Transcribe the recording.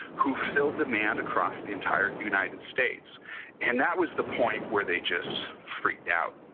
who fill demand across the entire united states and that was the point where they just freaked out.